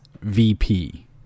vp